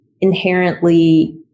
inherently